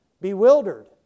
bewildered